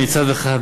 מצד אחד,